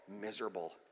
Miserable